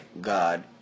God